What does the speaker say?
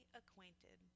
acquainted